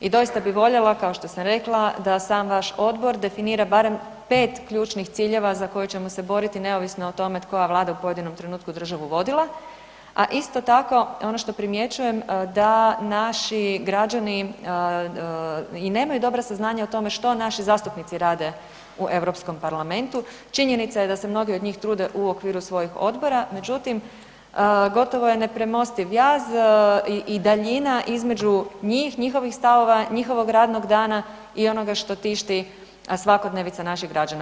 I doista bi voljela, kao što sam rekla, da sam vaš odbor definira barem 5 ključnih ciljeva za koje ćemo se boriti neovisno o tome koja Vlada u pojedinom trenutku državu vodila a isto tako ono što primjećujem, da naši građani i nemaju dobra saznanja o tome što naši zastupnici u Europskom parlamentu, činjenica je da se mnogi od njih trude u okviru svojih odbora međutim, gotovo je nepremostiv jaz i daljina između njih, njihovih stavova, njihovog radnog dana i ono što tišti svakodnevnicu naših građana.